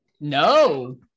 no